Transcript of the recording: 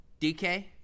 DK